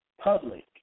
public